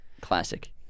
Classic